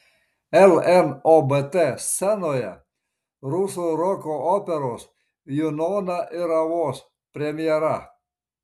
lnobt scenoje rusų roko operos junona ir avos premjera